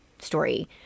story